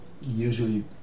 usually